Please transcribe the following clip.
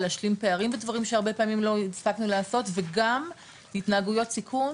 להשלים פערים בדברים שהרבה פעמים לא הספקנו לעשות וגם התנהגויות סיכון